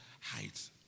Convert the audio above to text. height